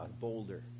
boulder